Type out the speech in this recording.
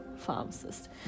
pharmacist